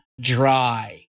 dry